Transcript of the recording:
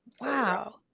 Wow